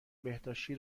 بهداشتی